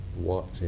watching